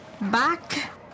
back